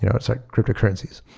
you know it's like cryptocurrencies.